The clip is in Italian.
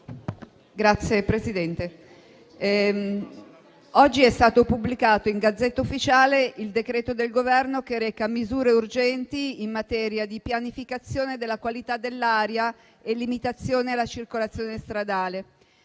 Signor Presidente, oggi è stato pubblicato in *Gazzetta Ufficiale* il decreto-legge del Governo che reca «Misure urgenti in materia di pianificazione della qualità dell'aria e limitazione alla circolazione stradale».